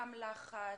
גם לחץ.